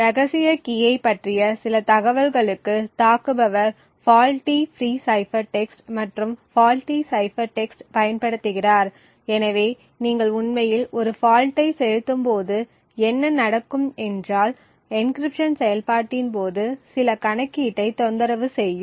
ரகசிய கீயை பற்றிய சில தகவல்களுக்கு தாக்குபவர் ஃபால்ட்டி ஃபிரீ சைபர் டெக்ஸ்ட் மற்றும் ஃபால்ட்டி சைஃபர் டெக்ஸ்ட் பயன்படுத்துகிறார் எனவே நீங்கள் உண்மையில் ஒரு ஃபால்ட்டை செலுத்தும்போது என்ன நடக்கும் என்றால் என்க்ரிப்ஷன் செயல்பாட்டின் போது சில கணக்கீட்டை தொந்தரவு செய்யும்